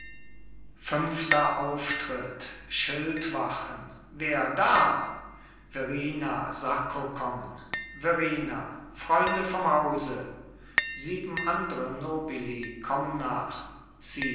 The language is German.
fünfter auftritt schildwachen wer da verrina sacco kommen verrina freunde vom hause sieben andere nobili kommen nach